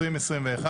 היום יום שלישי,